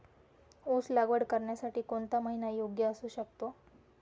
ऊस लागवड करण्यासाठी कोणता महिना योग्य असू शकतो?